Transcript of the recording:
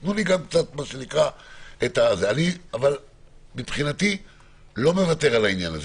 מבחינתי, אני לא מוותר על העניין הזה.